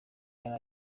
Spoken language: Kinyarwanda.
yari